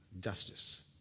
Justice